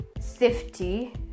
safety